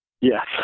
Yes